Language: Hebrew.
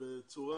בצורה